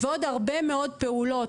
ועוד הרבה מאוד פעולות,